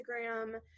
Instagram